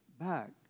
back